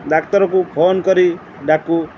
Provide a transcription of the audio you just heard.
ଡାକ୍ତରକୁ phone କରି ଡାକୁ